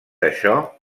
això